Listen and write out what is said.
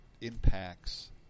impacts